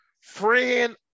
friend